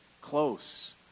close